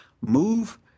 move